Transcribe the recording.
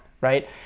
right